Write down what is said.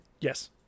Yes